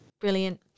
Brilliant